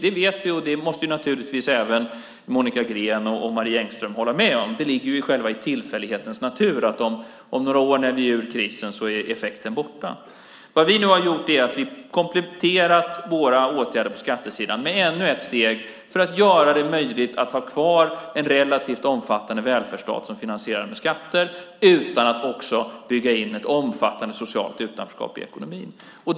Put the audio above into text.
Det vet vi, och det måste naturligtvis även Monica Green och Marie Engström hålla med om. Det ligger i själva tillfällighetens natur att effekten om några år när vi har kommit ur krisen är borta. Vad vi nu har gjort är att vi har kompletterat våra åtgärder på skattesidan med ännu ett steg för att göra det möjligt att ha kvar en relativt omfattande välfärdsstat som är finansierad med skatter utan att också bygga in ett omfattande socialt utanförskap i ekonomin.